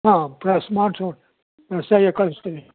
ಹಾಂ ಮಾಡ್ಸೋರು ಕಳಿಸ್ತೀನಿ